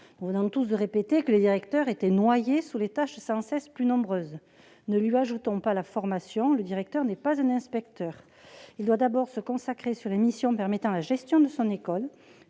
Nous venons tous de répéter que le directeur était noyé sous des tâches sans cesse plus nombreuses. Ne lui ajoutons pas la formation : le directeur n'est pas un inspecteur. Il doit d'abord se consacrer aux missions de gestion de son école,